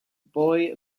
boy